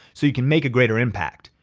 so you can make a greater impact.